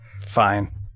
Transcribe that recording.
fine